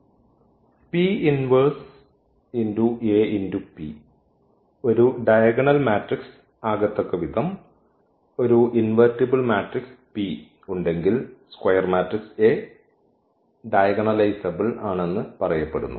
അതിനാൽ ഒരു diagonal matrix ആകത്തക്ക വിധം ഒരു ഇൻവെർട്ടിബിൾ മാട്രിക്സ് P ഉണ്ടെങ്കിൽ സ്ക്വയർ മാട്രിക്സ് A ഡയഗണലൈസബ്ൾ ആണെന്ന് പറയപ്പെടുന്നു